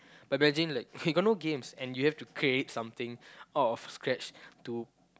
like imagine like okay you have no games and you have to create something out of scratch to